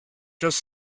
just